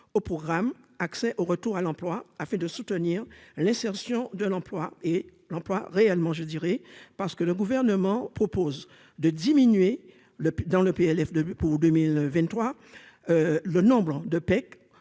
au programme accès au retour à l'emploi afin de soutenir l'insertion de l'emploi et l'emploi réellement je dirais parce que le gouvernement propose de diminuer le dans le PLF 2 buts pour 2023 le nombre de Pec,